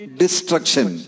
destruction